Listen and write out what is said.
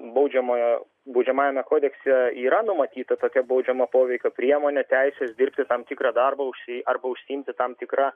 baudžiamojo baudžiamajame kodekse yra numatyta tokia baudžiamojo poveikio priemonė teisės dirbti tam tikrą darbą užsi arba užsiimti tam tikra